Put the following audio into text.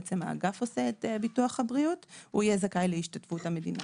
האגף עושה את ביטוח הבריאות הוא יהיה זכאי להשתתפות המדינה.